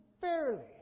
fairly